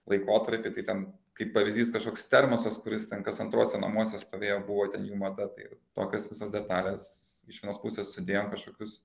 laikotarpy tai ten kaip pavyzdys kažkoks termosas kuris ten kas antruose namuose stovėjo buvo ten jų mada tai tokios visos detalės iš vienos pusės sudėjom kažkokius